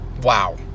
wow